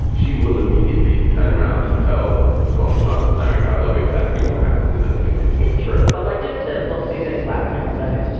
she will immediately turn around and tell donald trump and larry kudlow exactly what happened in those meetings it's true. but like just to maybe like last thing i'll say,